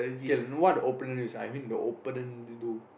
okay what the opponent use I mean the opponent do